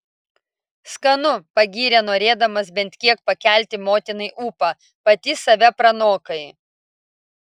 skanu pagyrė norėdamas bent kiek pakelti motinai ūpą pati save pranokai